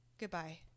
Goodbye